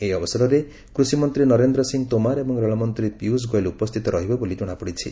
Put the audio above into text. ଏହି ଅବସରରେ କୃଷିମନ୍ତ୍ରୀ ନରେନ୍ଦ୍ର ସିଂହ ତୋମାର ଏବଂ ରେଳମନ୍ତ୍ରୀ ପିୟୁଷ ଗୋୟଲ୍ ଉପସ୍ଥିତ ରହିବେ ବୋଲି ଜଣାପଡ଼ିଛି